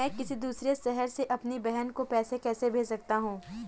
मैं किसी दूसरे शहर से अपनी बहन को पैसे कैसे भेज सकता हूँ?